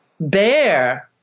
bear